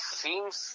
seems